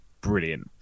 brilliant